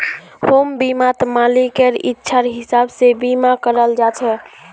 home बीमात मालिकेर इच्छार हिसाब से बीमा कराल जा छे